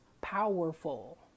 powerful